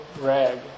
rag